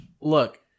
Look